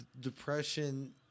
Depression